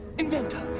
inventor,